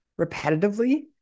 repetitively